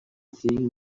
seeing